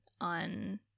on